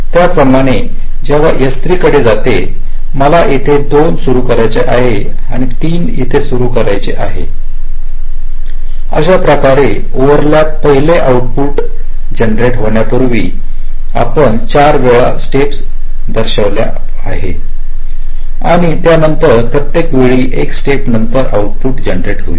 त्याचप्रमाणे जेव्हा हे S3 कडे जाते मला येथे 2 सुरू करायचे आहेत आणि 3 येथे सुरू करायचे आहेत तर अशा प्रकारे हे ओव्हरलॅप पहले आउट पुट जनरट होण्यापूर्वी आपण चार वेळा स्टेप्स दडलेले पहाल आणि त्यानंतर प्रत्येक वेळ एका स्टेप नंतर आउट पुट जनरट होईल